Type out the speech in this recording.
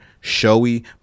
showy